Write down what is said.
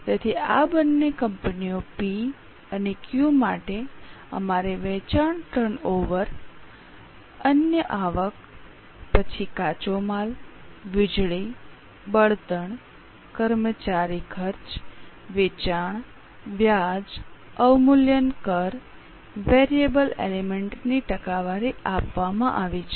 તેથી આ બંને કંપનીઓ પી અને ક્યૂ માટે અમારે વેચાણ ટર્નઓવર અન્ય આવક પછી કાચો માલ વીજળી બળતણ કર્મચારી ખર્ચ વેચાણ વ્યાજ અવમૂલ્યન કર વેરીએબલ એલિમેન્ટની ટકાવારી આપવામાં આવી છે